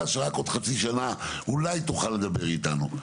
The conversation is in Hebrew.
שרק עוד חצי שנה אולי תוכל לדבר איתנו,